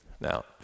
Now